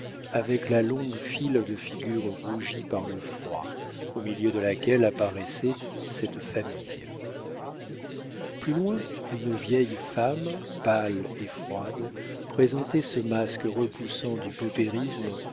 avec la longue file de figures rougies par le froid au milieu de laquelle apparaissait cette famille plus loin une vieille femme pâle et froide présentait ce masque repoussant du